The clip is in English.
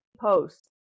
post